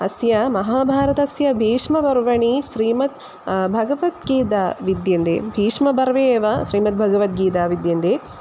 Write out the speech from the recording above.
अस्य महाभारतस्य भीष्मपर्वणि श्रीमद् भगवद्गीता विद्यते भीष्मपर्वे एव श्रीमद्भगवद्गीता विद्यते